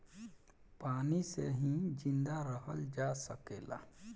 पानी से ही जिंदा रहल जा सकेला